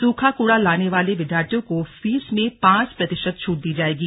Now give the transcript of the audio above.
सूखा कूड़ा लाने वाले विद्यार्थी को फीस में पांच प्रतिशत छूट दी जायेगी